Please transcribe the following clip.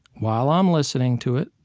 while i'm listening to it,